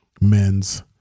men's